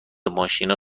ماشینا